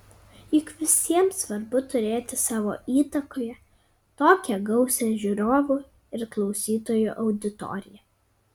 juk visiems svarbu turėti savo įtakoje tokią gausią žiūrovų ir klausytojų auditoriją